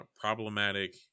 problematic